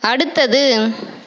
அடுத்தது